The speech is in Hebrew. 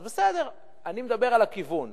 אז בסדר, אני מדבר על הכיוון.